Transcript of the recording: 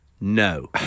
no